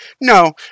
No